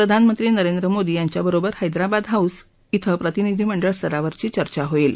प्रधानमंत्री नरेंद्र मोदी यांच्याबरोबर हैदराबाद हाऊस प्रतिनिधीमंडळ स्तरावरची चर्चा होईल